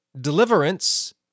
deliverance